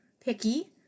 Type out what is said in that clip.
picky